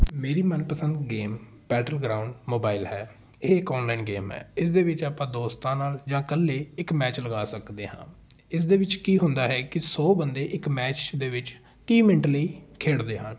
ਮੇਰੀ ਮਨਪਸੰਦ game battleground mobile ਹੈ ਇਹ ਇਕ ਔਨਲਾਈਨ ਗੇਮ ਹੈ ਇਸ ਦੇ ਵਿੱਚ ਆਪਾਂ ਦੋਸਤਾਂ ਨਾਲ ਜਾਂ ਇਕੱਲੇ ਇੱਕ ਮੈਚ ਲਗਾ ਸਕਦੇ ਹਾਂ ਇਸ ਦੇ ਵਿੱਚ ਕੀ ਹੁੰਦਾ ਹੈ ਕਿ ਸੋ ਬੰਦੇ ਇੱਕ ਮੈਚ ਦੇ ਵਿੱਚ ਤੀਹ ਮਿੰਟ ਲਈ ਖੇਡਦੇ ਹਨ